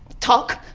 talk?